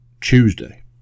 Tuesday